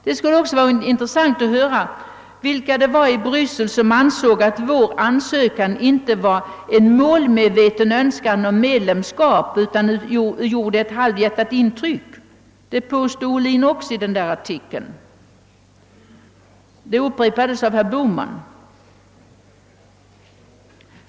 Det skulle också vara intressant att höra vilka det var i Bryssel som ansåg att vår »ansökan inte vittnade om någon målmedveten önskan om medlemskap utan snarast gjorde ett halvhjärtat intryck», som herr Ohlin påstod i den nämnda artikeln, ett påstående som upprepats av herr Bohman.